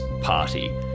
party